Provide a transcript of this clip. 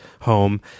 home